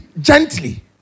gently